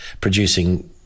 producing